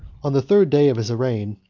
on the third day of his reign,